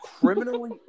criminally